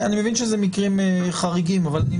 אני מבין שאלה מקרים חריגים אבל אני